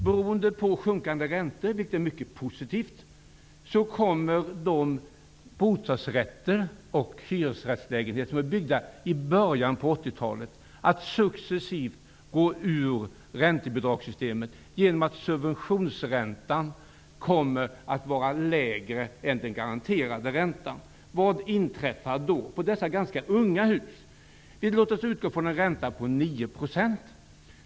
Beroende på de sjunkande räntorna, vilket är positivt, kommer de bostadsrätter och hyresrättslägenheter som är byggda i början av 80 talet att successivt gå ur räntebidragssystemet genom att subventionsräntan kommer att vara lägre än den garanterade räntan. Vad inträffar då med dessa ganska unga hus? Låt oss utgå från en ränta på 9 %.